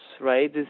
right